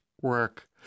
work